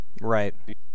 Right